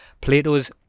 Plato's